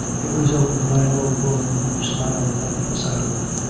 it was opened by an old woman who smiled at the sight of her.